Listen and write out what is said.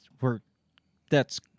we're—that's—